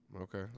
okay